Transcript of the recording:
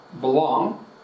Belong